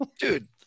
Dude